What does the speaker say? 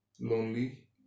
lonely